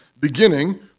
beginning